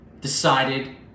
decided